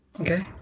Okay